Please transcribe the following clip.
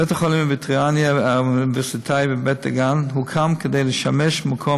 בית-החולים הווטרינרי האוניברסיטאי בבית-דגן הוקם כדי לשמש מקום